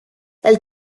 elle